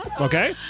Okay